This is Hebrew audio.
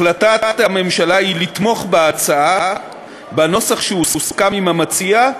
החלטת הממשלה היא לתמוך בהצעה בנוסח שהוסכם עם המציע,